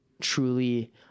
truly